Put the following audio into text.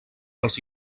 als